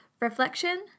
reflection